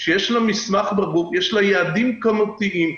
שיש לה יעדים כמותיים,